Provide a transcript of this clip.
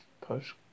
push